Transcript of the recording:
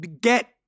get